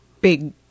big